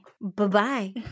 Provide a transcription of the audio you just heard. Bye-bye